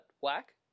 whack